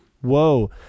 Whoa